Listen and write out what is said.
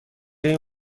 این